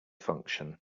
function